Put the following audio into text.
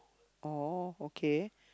oh okay